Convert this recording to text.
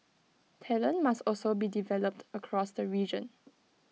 talent must also be developed across the region